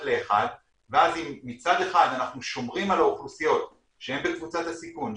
ל-1 ואז אם מצד אנחנו שומרים על האוכלוסיות שהן בקבוצת הסיכון,